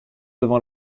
devant